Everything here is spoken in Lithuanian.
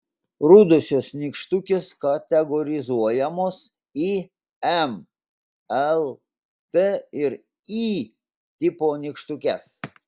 rudosios nykštukės kategorizuojamos į m l t ir y tipo nykštukes